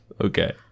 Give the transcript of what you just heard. Okay